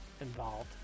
involved